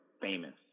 famous